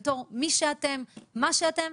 בתור מי שאתם ומה שאתם,